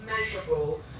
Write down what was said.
measurable